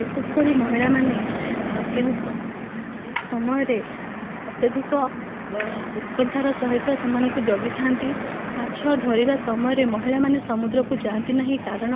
ବିଶେଷ କରି ମହିଳାମାନେ କେଉଁ ଏହି ସମୟରେ ଅତ୍ୟଧିକ ଉତ୍କଣ୍ଠାର ସହିତ ସେମାନଙ୍କୁ ଜଗିଥାନ୍ତି ମାଛ ଧରିବା ସମୟରେ ମହିଳାମାନେ ସମୁଦ୍ରକୁ ଯାଆନ୍ତି ନାହିଁ କାରଣ